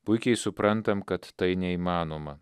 puikiai suprantam kad tai neįmanoma